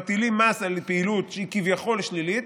מטילים מס על פעילות שהיא כביכול שלילית,